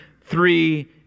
three